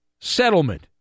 settlement